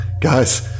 guys